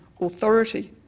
authority